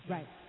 Right